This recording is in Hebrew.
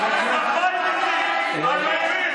אביר קארה, תודה.